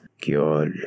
Cure